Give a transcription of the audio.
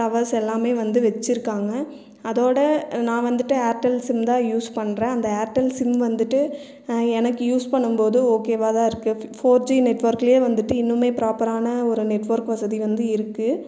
towers எல்லாமே வந்து வச்சுருக்காங்க அதோடு நான் வந்துட்டு ஏர்டெல் சிம் தான் யூஸ் பண்ணுறேன் அந்த ஏர்டெல் சிம் வந்துட்டு எனக்கு யூஸ் பண்ணும் போது ஓகேவாதான் இருக்குது ஃபோர் ஜி நெட்ஒர்க்கில் வந்துட்டு இன்னுமே ப்ராப்பரான ஒரு நெட்ஒர்க் வசதி வந்து இருக்குது